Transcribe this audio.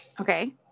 okay